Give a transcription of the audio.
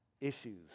issues